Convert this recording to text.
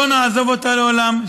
לא נעזוב אותה לעולם.